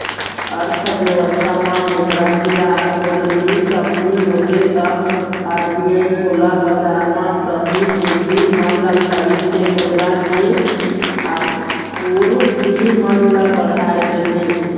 अर्थबेवस्था म मुद्रा के आपूरति कमती होथे तब आर.बी.आई खुला बजार म प्रतिभूति मन ल खरीद के मुद्रा के आपूरति मन ल बढ़ाय देथे